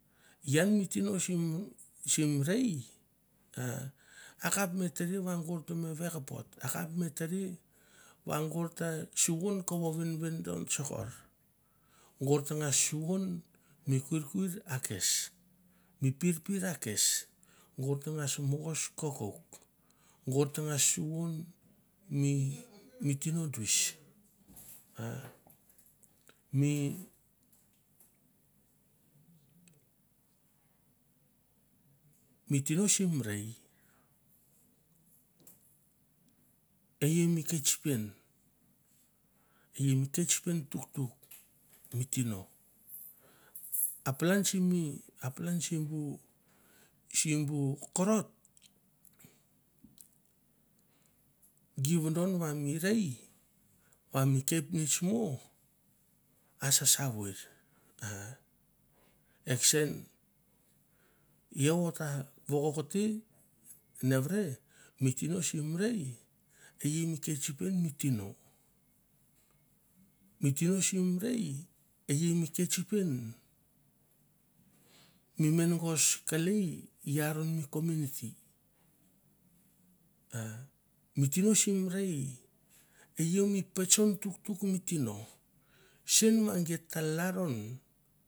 Ian mi tino sim rei a kap me tere va gor te me vekapot, a kap me tere va gor ta svun kovo venvendon tsokor, gor tangas suvun mi kuir kuin a kes, mi pirpir a kes, gor tangas mogos kokouk, gor tangas suvon mi tino duis, mi tino sim rei re i mi ketsipen e i mi ketsipien tuktuk si tino. A palan simi a palan simbu simbu korot gi vodon va mi rei va mi kepnets mo a sasaveir. Ah e kesen iau o ta vokovokete nevere. mi tino sim rei e i mi ketsipien mi tino, mi tino sim rei ei mi ketsipien mi menagas kelei i aron mi kominiti ah mi tino sim rei e ia mi patsong tuktuk mi tino sen va git ta lalron.